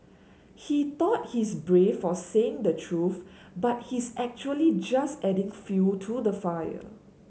he thought he's brave for saying the truth but he's actually just adding fuel to the fire